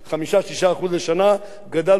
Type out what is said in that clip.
גדלנו בעוד איזה 6,000 7,000 נפש.